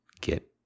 Get